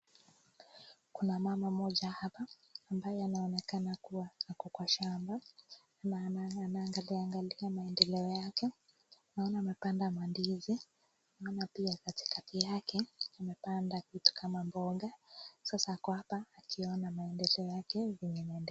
Kuna mama mmoja hapa ambaye anaonekana kuwa ako kwa shamba, na anaangalia angalia maendeleo yake, naona amepanda mandizi, naona pia katikati yake amepanda vitu kama mboga, sasa ako hapa akiona maendeleo yake vile inaendelea.